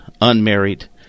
unmarried